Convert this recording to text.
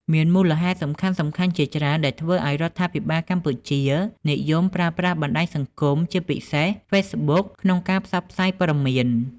មានមូលហេតុសំខាន់ៗជាច្រើនដែលធ្វើឱ្យរដ្ឋាភិបាលកម្ពុជានិយមប្រើប្រាស់បណ្ដាញសង្គម ជាពិសេស Facebook ក្នុងការផ្សព្វផ្សាយព័ត៌មាន។